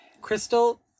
Crystal